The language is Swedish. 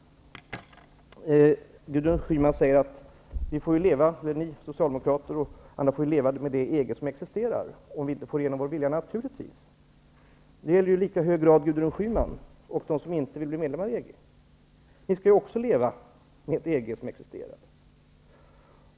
Gudrun Schyman säger vidare att vi socialdemokrater och andra får leva med det EG som existerar, om vi inte får igenom vår vilja. Naturligtvis! Det gäller i lika hög grad Gudrun Schyman och de andra som inte vill att Sverige skall bli medlem i EG. Ni skall ju också leva med det EG som existerar!